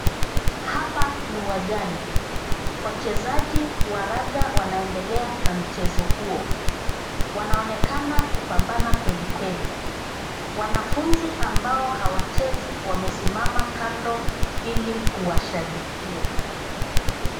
Hapa ni uwanjani. Wachezaji wa raga wanaendelea na mchezo huo. Wanaonekana kupambana kwelikweli. Wanafunzi ambao hawachezi wamesimama kando ili kuwashabikia.